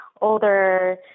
older